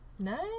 Nice